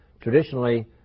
Traditionally